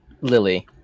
lily